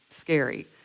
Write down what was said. scary